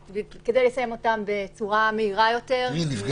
לסיים אותם בצורה מהירה יותר --- אני מדבר